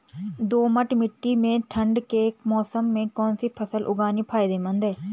दोमट्ट मिट्टी में ठंड के मौसम में कौन सी फसल उगानी फायदेमंद है?